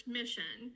mission